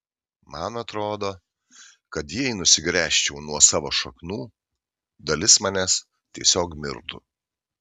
man atrodo kad jei nusigręžčiau nuo savo šaknų dalis manęs tiesiog mirtų